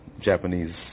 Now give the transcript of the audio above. japanese